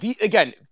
Again